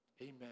Amen